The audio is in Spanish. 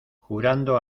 jurando